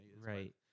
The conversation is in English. Right